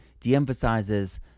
de-emphasizes